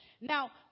Now